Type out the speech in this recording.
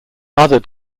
other